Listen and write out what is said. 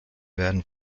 werden